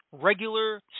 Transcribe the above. regular